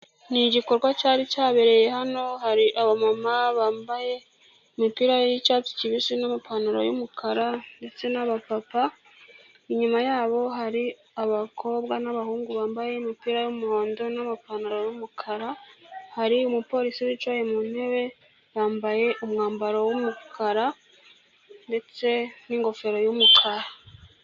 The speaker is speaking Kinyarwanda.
Ni igikorwa cyari cyabereye hano, hari abamama bambaye imipira y'icyatsi kibisi n'amapantaro y'umukara ndetse n'abapapa, inyuma yabo hari abakobwa n'abahungu bambaye imipira y'umuhondo n'amapantaro y'umukara, hari umupolisi wicaye mu ntebe, yambaye umwambaro w'umukara ndetse n'ingofero y'umukara.